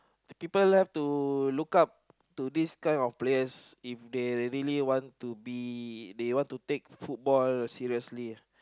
the people love to look up to this kind of players if they really want to be they want to take football seriously